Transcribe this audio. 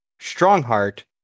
Strongheart